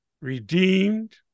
redeemed